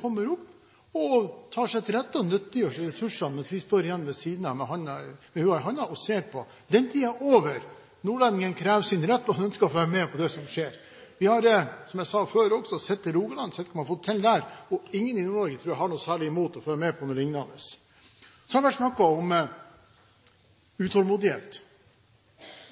kommer opp og tar seg til rette og nyttiggjør seg ressursene, mens vi står igjen ved siden av med hua i handa og ser på. Den tiden er over. Nordlendingen krever sin rett og skal få være med på det som skjer. Vi har, som jeg sa før også, sett til Rogaland og hva de har fått til der, og jeg tror ingen i Nord-Norge har noe særlig imot å få være med på noe lignende. Så har det vært snakket om utålmodighet.